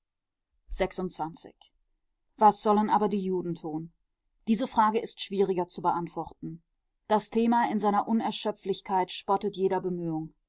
was sollen aber die juden tun diese frage ist schwieriger zu beantworten das thema in seiner unerschöpflichkeit spottet jeder bemühung